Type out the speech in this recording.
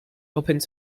opened